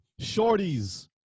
shorties